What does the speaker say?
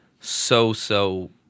so-so